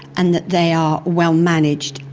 and that they are well managed.